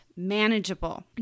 manageable